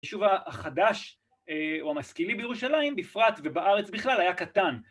‫הישוב החדש או המשכילי בירושלים, ‫בפרט, ובארץ בכלל היה קטן.